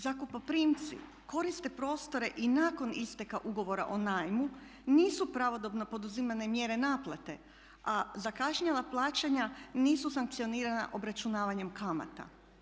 Zakupoprimci koriste prostore i nakon isteka ugovora o najmu, nisu pravodobno poduzimane mjere naplate a zakašnjela plaćanja nisu sankcionirana obračunavanjem kamata.